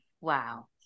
Wow